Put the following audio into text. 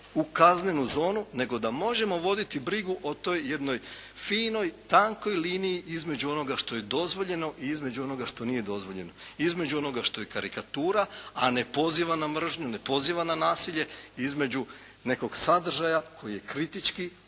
u kaznenu zonu nego da možemo voditi brigu o toj jednoj finoj tankoj liniji između onoga što je dozvoljeno i između onoga što nije dozvoljeno, između onoga što je karikatura a ne poziva na mržnju, ne poziva na nasilje, između nekog sadržaja koji je kritički